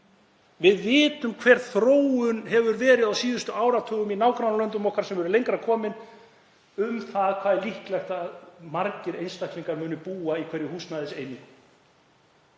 Við vitum hver þróunin hefur verið á síðustu áratugum í nágrannalöndum okkar sem eru lengra komin um það hvað er líklegt að margir einstaklingar muni búa í hverri húsnæðiseiningu.